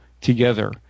together